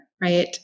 Right